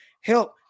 help